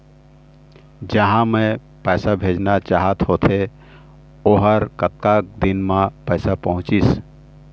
जहां मैं पैसा भेजना चाहत होथे ओहर कतका दिन मा पैसा पहुंचिस?